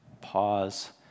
pause